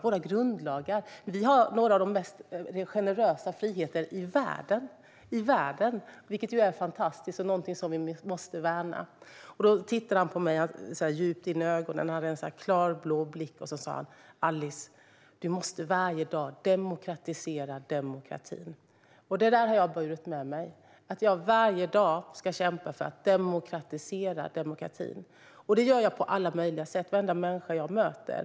Våra grundlagar ger oss några av de mest generösa friheterna i världen, vilket är fantastiskt och någonting som vi måste värna. Jag frågade honom vad vi måste göra nu. Han såg mig djupt i ögonen med klarblå blick och sa: Alice, du måste varje dag demokratisera demokratin. Det där har jag burit med mig - att jag varje dag ska kämpa för att demokratisera demokratin. Det gör jag på alla möjliga sätt och i förhållande till varenda människa jag möter.